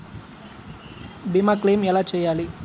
భీమ క్లెయిం ఎలా చేయాలి?